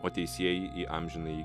o teisieji į amžinąjį